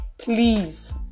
Please